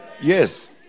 yes